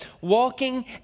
walking